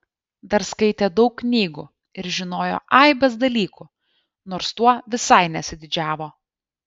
dar skaitė daug knygų ir žinojo aibes dalykų nors tuo visai nesididžiavo